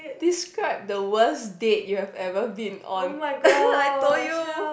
describe the worst date you have ever been on I told you